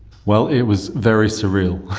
well, it was very surreal.